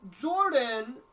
Jordan